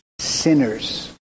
sinners